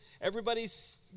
Everybody's